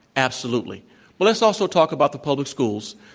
absolutely. but let's also talk about the public schools.